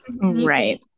right